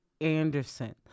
Anderson